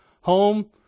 home